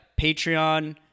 Patreon